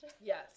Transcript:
Yes